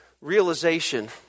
realization